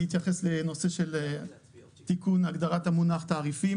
אני אתייחס לנושא של תיקון הגדרת המונח "תעריפים",